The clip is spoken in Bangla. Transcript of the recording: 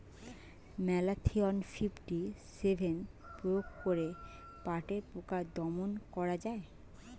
ম্যালাথিয়ন ফিফটি সেভেন প্রয়োগ করে পাটের পোকা দমন করা যায়?